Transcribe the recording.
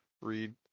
read